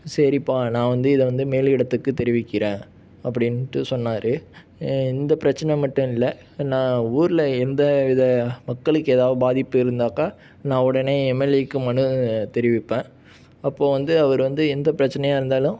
சரிப்பா நான் வந்து இதை வந்து மேல் இடத்துக்கு தெரிவிக்கிறேன் அப்படின்ட்டு சொன்னார் இந்த பிரச்சனை மட்டும் இல்லை நான் ஊரில் எந்த இதை மக்களுக்கு எதாது பாதிப்பு இருந்தாக்கா நான் உடனே எம்எல்ஏவுக்கு மனு தெரிவிப்பேன் அப்போது வந்து அவரு வந்து எந்த பிரச்சனையாக இருந்தாலும்